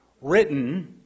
written